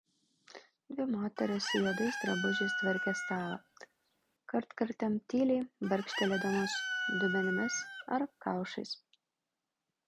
dvi moterys juodais drabužiais tvarkė stalą kartkartėm tyliai barkštelėdamos dubenimis ar kaušais